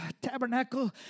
tabernacle